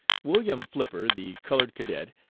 wm. flipper, the colored cadet,